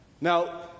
Now